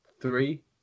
three